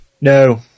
No